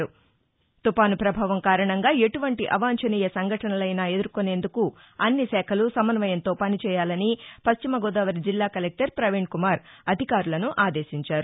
ఫొని తుఫాను ప్రభావం కారణంగా ఎటువంటి అవాంఛనీయ సంఘటనలనైనా ఎదుర్కొనేందుకు అన్ని శాఖలు సమన్వయంతో పని చేయాలని పశ్చిమగోదావరి జిల్లా కలెక్టర్ పవీణ్కుమార్ అధికారులను ఆదేశించారు